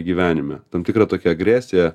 gyvenime tam tikra tokia agresija